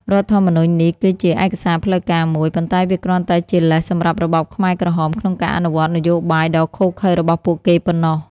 រដ្ឋធម្មនុញ្ញនេះគឺជាឯកសារផ្លូវការមួយ ប៉ុន្តែវាគ្រាន់តែជាលេសសម្រាប់របបខ្មែរក្រហមក្នុងការអនុវត្តនយោបាយដ៏ឃោរឃៅរបស់ពួកគេប៉ុណ្ណោះ។